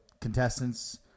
contestants